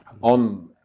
on